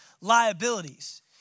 liabilities